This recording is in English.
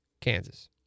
Kansas